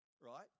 right